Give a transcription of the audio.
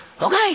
okay